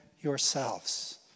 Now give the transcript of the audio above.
yourselves